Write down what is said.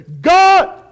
God